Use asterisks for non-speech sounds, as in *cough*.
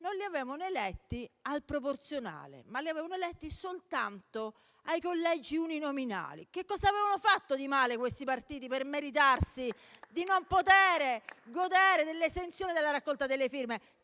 non li avevano eletti al proporzionale, ma soltanto ai collegi uninominali. Che cosa avevano fatto di male questi partiti *applause* per meritarsi di non poter godere dell'esenzione della raccolta delle firme,